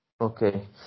Okay